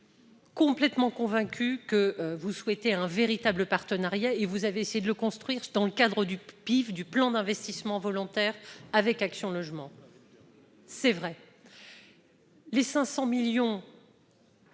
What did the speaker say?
complètement convaincu que vous souhaitez un véritable partenariat et vous avez essayé de le construire, dans le cadre du pif du plan d'investissement volontaire avec Action Logement. C'est vrai, les 500 millions.